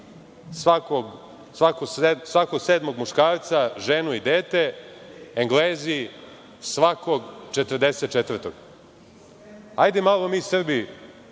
svakog sedmog muškarca, ženu i dete, Englezi svakog 44. Hajde malo mi Srbi